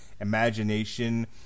imagination